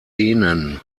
denen